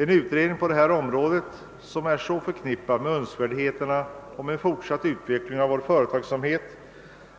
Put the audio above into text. En utredning på detta område, som är så nära förknippat med önskvärdheten av en fortsatt utveckling av företagsamheten,